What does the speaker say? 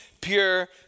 pure